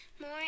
more